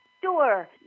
Sure